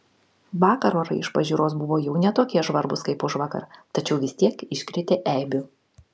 vakar orai iš pažiūros buvo jau ne tokie žvarbūs kaip užvakar tačiau vis tiek iškrėtė eibių